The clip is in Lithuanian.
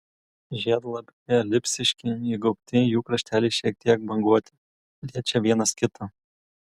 žiedlapiai elipsiški įgaubti jų krašteliai šiek tiek banguoti liečia vienas kitą